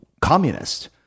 communist